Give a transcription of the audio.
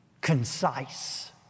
concise